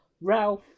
Ralph